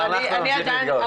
אבל אנחנו נמשיך להתגאות.